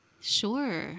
Sure